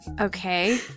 Okay